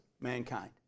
mankind